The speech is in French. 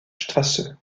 straße